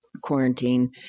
quarantine